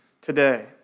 today